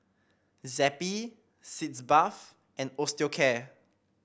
Zappy Sitz Bath and Osteocare